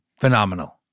Phenomenal